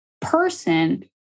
person